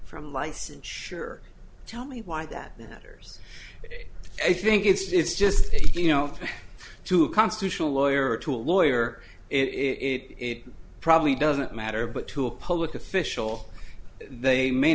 from license sure tell me why that matters i think it's just you know to a constitutional lawyer or to a lawyer it probably doesn't matter but to a public official they may